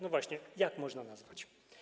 No właśnie, jak można nazwać?